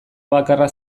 bakarra